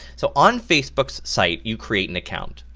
so on facebook's site you create an account,